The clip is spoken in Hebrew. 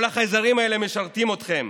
כל החייזרים האלה משרתים אתכם,